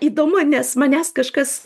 įdomu nes manęs kažkas